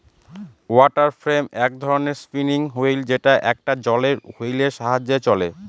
water frame এক ধরনের spinning wheel যেটা একটা জলের হুইলের সাহায্যে চলে